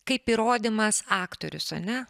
kaip įrodymas aktorius ar ne